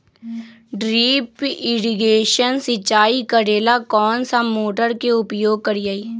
Drip irrigation सिंचाई करेला कौन सा मोटर के उपयोग करियई?